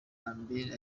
lambert